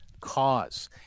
cause